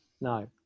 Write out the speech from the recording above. no